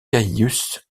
caius